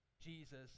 Jesus